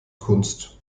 kunst